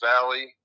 Valley